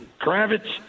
Kravitz